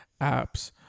apps